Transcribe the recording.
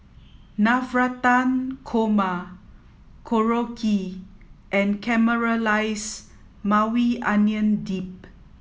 Navratan Korma Korokke and Caramelized Maui Onion Dip